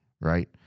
right